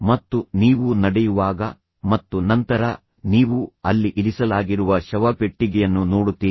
ಮತ್ತು ನೀವು ನಡೆಯುವಾಗ ಮತ್ತು ನಂತರ ನೀವು ಅಲ್ಲಿ ಇರಿಸಲಾಗಿರುವ ಶವಪೆಟ್ಟಿಗೆಯನ್ನು ನೋಡುತ್ತೀರಿ